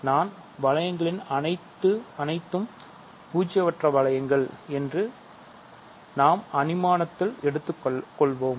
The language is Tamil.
நான் வளையங்கள் அனைத்தும் பூஜ்ஜியம் அற்ற வளையங்கள் என்று நாம் அனுமானத்தில் எடுத்துக் கொள்வோம்